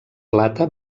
plata